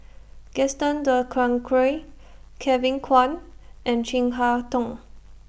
Gaston Dutronquoy Kevin Kwan and Chin Harn Tong